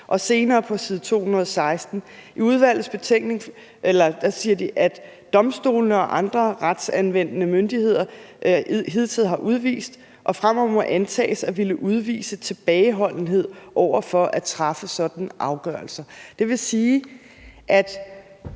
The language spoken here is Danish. Og senere på side 216 siger de, at »domstolene og andre retsanvendende myndigheder hidtil har udvist – og fremover må antages at ville udvise – tilbageholdenhed over for at træffe sådanne afgørelser«. Det vil sige, at